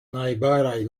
najbaraj